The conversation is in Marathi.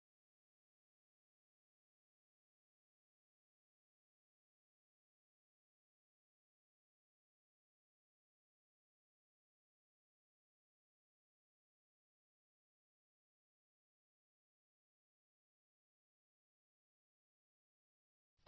जर तुमच्याकडे शक्ती P असेल आणि जर तुमच्याकडे शक्ती P असेल तर या अंतराला ओव्हरल्यापिंग म्हणतात